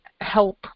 help